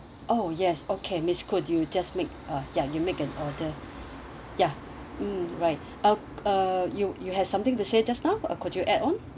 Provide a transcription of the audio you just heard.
oh yes okay miss koon you just make uh ya you make an order ya mm right uh uh you you have something to say just now uh could you add on